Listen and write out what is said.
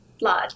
blood